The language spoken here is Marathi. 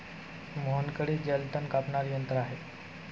मोहनकडे जलतण कापणारे यंत्र आहे